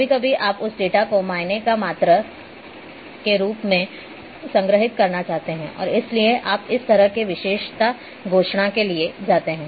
कभी कभी आप उस डेटा को मायने या मात्रा के रूप में संग्रहीत करना चाहते हैं और इसलिए आप इस तरह की विशेषता घोषणा के लिए जाते हैं